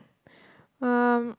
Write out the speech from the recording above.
um